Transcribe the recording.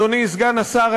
אדוני סגן השר,